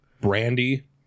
brandy